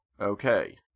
Okay